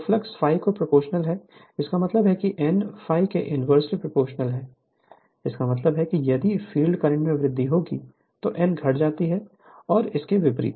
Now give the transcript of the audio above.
तोफ्लक्स ∅ के प्रोपोर्शनल है इसका मतलब है n ∅ के इन्वर्सली प्रोपोर्शनल है इसका मतलब है कि यदि फील्ड करंट में वृद्धि होगी तो n घट जाती है और इसके विपरीत